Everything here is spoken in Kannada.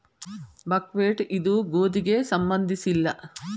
ಬಕ್ಹ್ವೇಟ್ ಇದು ಗೋಧಿಗೆ ಸಂಬಂಧಿಸಿಲ್ಲ